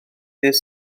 dydd